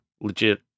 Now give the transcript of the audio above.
legit